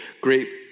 great